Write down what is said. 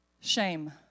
Shame